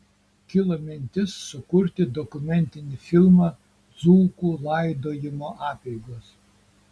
kilo mintis sukurti dokumentinį filmą dzūkų laidojimo apeigos